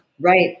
Right